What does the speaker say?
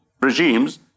regimes